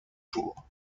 jours